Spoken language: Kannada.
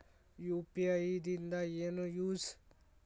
ಯು.ಪಿ.ಐ ದಿಂದ ಏನು ಯೂಸ್?